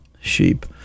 Sheep